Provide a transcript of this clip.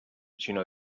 sinó